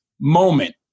moment